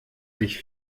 sich